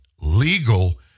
legal